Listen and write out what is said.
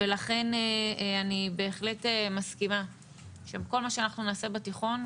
לכן אני בהחלט מסכימה שבכל מה שאנחנו נעשה בתיכון,